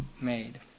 made